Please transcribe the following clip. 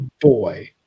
boy